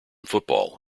football